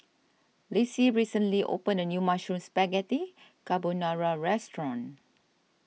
Lissie recently opened a new Mushroom Spaghetti Carbonara restaurant